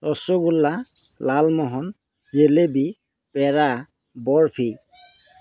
rasgulla lalmohan jalebi pera barfi